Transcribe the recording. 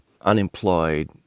unemployed